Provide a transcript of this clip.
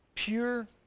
Pure